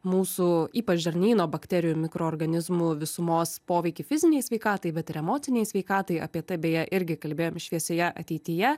mūsų ypač žarnyno bakterijų ir mikroorganizmų visumos poveikį fizinei sveikatai bet ir emocinei sveikatai apie tai beje irgi kalbėjom šviesioje ateityje